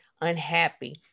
unhappy